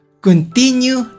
Continue